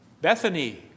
Bethany